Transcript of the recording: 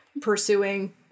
pursuing